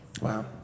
Wow